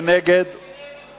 שנגד, הוא